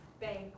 bank